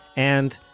and,